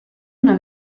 una